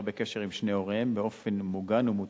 בקשר עם שני הוריהם באופן מוגן ומותאם,